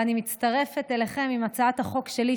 ואני מצטרפת אליכם עם הצעת החוק שלי,